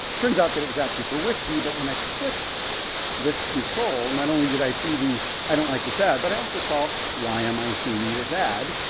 turns out it was actually for whiskey, but when i clicked this control, not only did i see the i don't like this ad, but i also saw why am i seeing this ad?